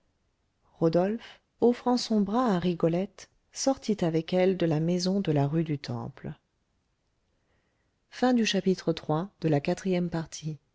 rodolphe offrant son bras à rigolette sortit avec elle de la maison de la rue du temple